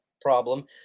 problem